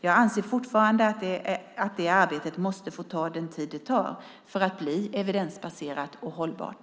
Jag anser fortfarande att det arbetet måste få ta den tid det tar för att bli evidensbaserat och hållbart.